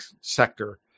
sector